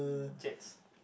jets